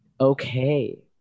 Okay